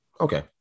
Okay